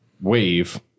wave